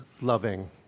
loving